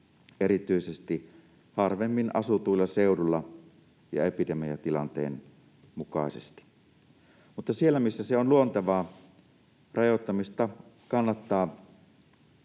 erityisesti harvemmin asutuilla seuduilla ja epidemiatilanteen mukaisesti, mutta siellä, missä se on luontevaa, rajoittamista kannattaa